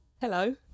Hello